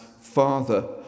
Father